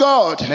God